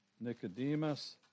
Nicodemus